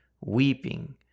weeping